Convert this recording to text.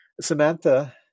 Samantha